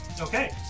Okay